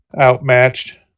outmatched